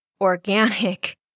organic